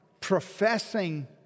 professing